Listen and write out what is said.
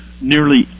nearly